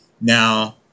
Now